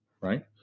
right